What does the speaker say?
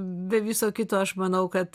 be viso kito aš manau kad